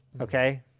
Okay